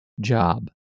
job